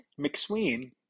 McSween